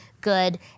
good